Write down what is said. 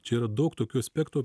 čia yra daug tokių aspektų